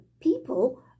people